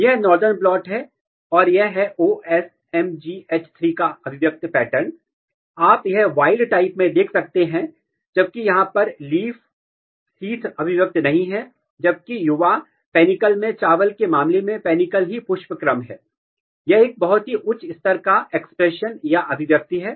यह northern blot है और यह है OsMGH3 का अभिव्यक्ति पैटर्न आप यह wild type में देख सकते हैं जबकि यहां पर लीफ सीथ अभिव्यक्त नहीं है जबकि युवा पेनिकल में चावल के मामले में पेनिकल ही पुष्पक्रम है यह एक बहुत ही उच्च स्तर का एक्सप्रेशन या अभिव्यक्ति है